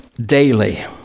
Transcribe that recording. daily